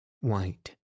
white